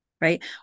right